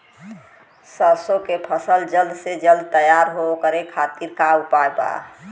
सरसो के फसल जल्द से जल्द तैयार हो ओकरे खातीर का उपाय बा?